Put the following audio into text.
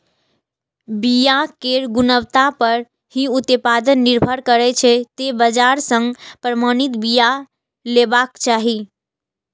बिया केर गुणवत्ता पर ही उत्पादन निर्भर करै छै, तें बाजार सं प्रमाणित बिया लेबाक चाही